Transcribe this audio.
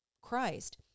Christ